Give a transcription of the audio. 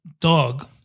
dog